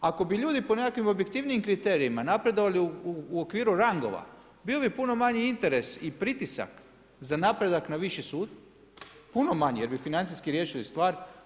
Ako bi ljudi po nekakvim objektivnijim kriterijima napredovali u okviru rangova, bio bi puno manji interes i pritisak za napredak na viši sud, puno manji, jer bi financijski riješili stvar.